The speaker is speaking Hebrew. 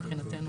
מבחינתנו,